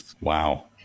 Wow